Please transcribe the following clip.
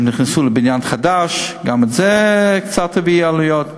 הם נכנסו לבניין חדש, גם זה הביא קצת עלויות.